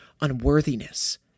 unworthiness